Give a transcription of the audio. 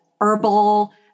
herbal